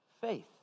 faith